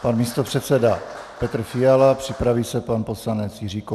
Pan místopředseda Petr Fiala, připraví se pan poslanec Jiří Kobza.